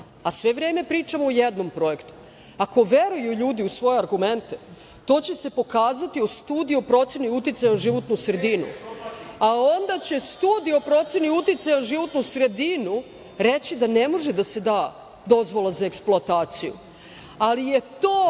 a sve vreme pričamo o jednom projektu. Ako veruju ljudi u svoje argumente, to će se pokazati u Studiji o proceni o uticaju na životnu sredinu, a onda će Studija o proceni uticaja na životnu sredinu reći da ne može da se da dozvola za eksploataciju, ali je to